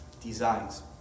designs